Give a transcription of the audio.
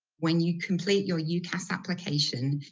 when you complete your ucas application,